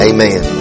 Amen